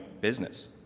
business